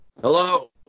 Hello